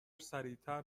سریعتر